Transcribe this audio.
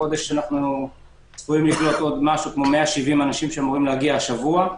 החודש אנו צפויים לקלוט עוד כ-170 אנשים שאמורים להגיע השבוע,